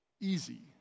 easy